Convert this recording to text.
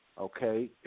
okay